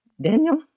Daniel